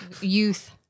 Youth